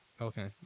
Okay